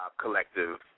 Collective